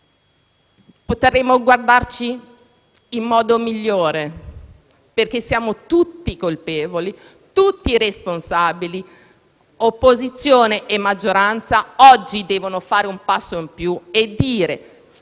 potremo guardarci in modo migliore, perché siamo tutti colpevoli e responsabili. Opposizione e maggioranza devono oggi fare un passo in più e mettere